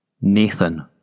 Nathan